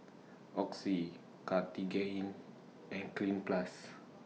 Oxy Cartigain and Cleanz Plus